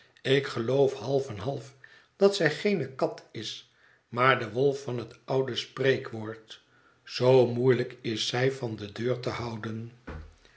ik geloof half en half dat zij geene kat is maar de wolf van het oude spreekwoord zoo moeielijk is zij van de deur te houden